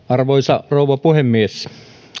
arvoisa rouva puhemies